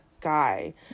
guy